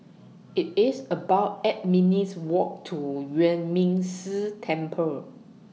IT IS about eight minutes' Walk to Yuan Ming Si Temple